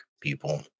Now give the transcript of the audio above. people